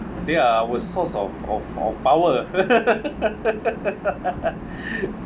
they are our source of of of power